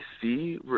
see